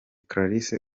clarisse